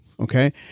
Okay